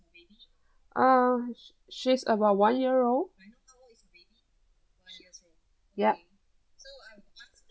um she's about one year old yup